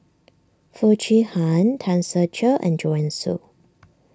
Foo Chee Han Tan Ser Cher and Joanne Soo